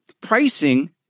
pricing